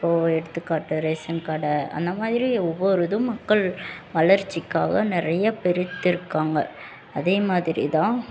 இப்போது எடுத்துக்காட்டு ரேஷன் கடை அந்த மாதிரி ஒவ்வொரு இதுவும் மக்கள் வளர்ச்சிக்காக நிறைய பிரித்திருக்காங்க அதே மாதிரி தான்